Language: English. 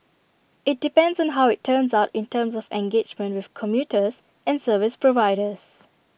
IT depends on how IT turns out in terms of engagement with commuters and service providers